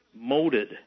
molded